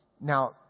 now